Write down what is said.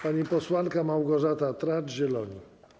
Pani posłanka Małgorzata Tracz, Zieloni.